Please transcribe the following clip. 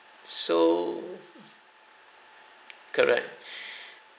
so correct